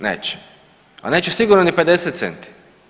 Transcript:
Neće, a neće sigurno ni 50 centi.